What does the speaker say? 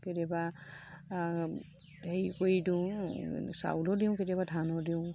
কেতিয়াবা হেৰি কৰি দিওঁ চাউলো দিওঁ কেতিয়াবা ধানো দিওঁ